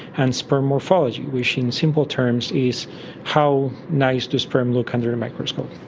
and sperm morphology, which in simple terms is how nice the sperm looks under a microscope.